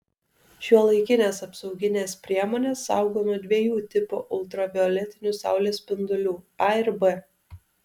šiuolaikinės apsauginės priemonės saugo nuo dviejų tipų ultravioletinių saulės spindulių a ir b